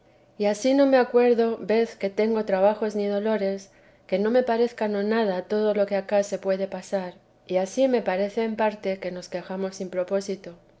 y ansí no me acuerdo vez que tenga trabajo ni dolores que no me parezca no nada todo lo que acá se puede pasar y ansí me parece en parte que nos quejamos sin